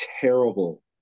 terrible